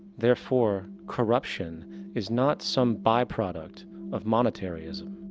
therefore, corruption is not some byproduct of monetary-ism,